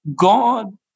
God